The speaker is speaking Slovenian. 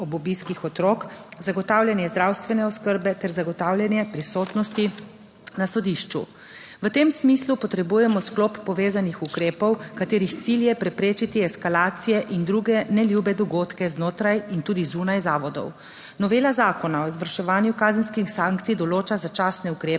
ob obiskih otrok, zagotavljanje zdravstvene oskrbe ter zagotavljanje prisotnosti na sodišču. V tem smislu potrebujemo sklop povezanih ukrepov, katerih cilj je preprečiti eskalacije in druge neljube dogodke znotraj in tudi zunaj zavodov. Novela Zakona o izvrševanju kazenskih sankcij določa začasne ukrepe,